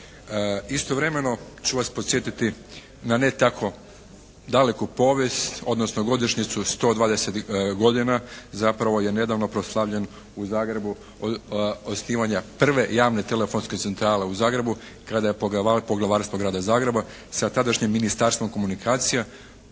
Istovremeno ću vas podsjetiti na ne tako daleku povijest odnosno godišnjicu 120 godina, zapravo je nedavno proslavljen u Zagrebu od osnivanja prve javne telefonske centrale u Zagrebu kada je poglavarstvo grada Zagreba sa tadašnjim Ministarstvom komunikacija